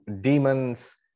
demons